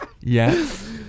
Yes